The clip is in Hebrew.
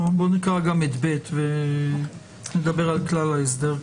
נקרא גם את סעיף (ב) ונדבר על כלל ההסדר.